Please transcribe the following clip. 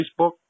Facebook